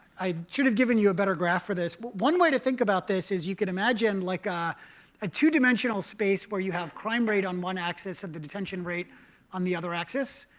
i should have given you a better graph for this. one way to think about this is you can imagine like ah a two-dimensional space where you have crime rate on one axis and the detention rate on the other axis.